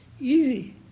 easy